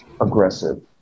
aggressive